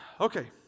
Okay